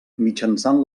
mitjançant